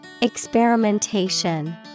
Experimentation